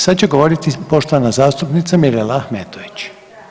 Sad će govoriti poštovana zastupnica Mirela Ahmetović.